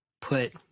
put